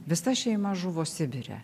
visa šeima žuvo sibire